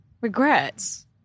regrets